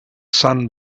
sun